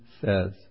says